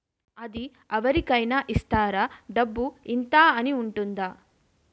అది అవరి కేనా ఇస్తారా? డబ్బు ఇంత అని ఉంటుందా?